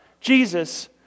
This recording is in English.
Jesus